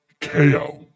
Ko